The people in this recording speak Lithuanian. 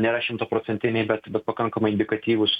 nėra šimtaprocentiniai bet bet pakankamai indikatyvūs